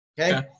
okay